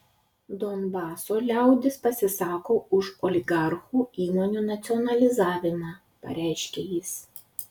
donbaso liaudis pasisako už oligarchų įmonių nacionalizavimą pareiškė jis